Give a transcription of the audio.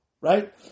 right